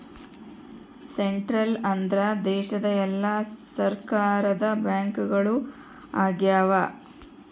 central ಅಂದ್ರ ದೇಶದ ಎಲ್ಲಾ ಸರ್ಕಾರದ ಬ್ಯಾಂಕ್ಗಳು ಆಗ್ಯಾವ